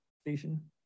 station